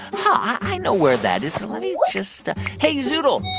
huh. i know where that is. let me just hey, zoodle